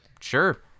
sure